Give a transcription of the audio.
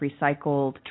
recycled